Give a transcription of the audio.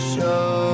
Show